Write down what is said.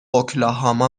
اوکلاهاما